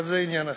אבל זה עניין אחר.